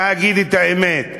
להגיד את האמת.